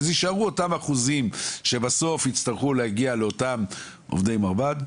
אז יישארו אותם אחוזים שבסוף יצטרכו להגיע לעובדי מרב"ד.